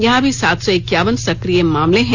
यहां अभी सात सौ इक्यावन सक्रिय मामले हैं